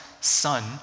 son